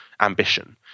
ambition